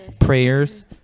prayers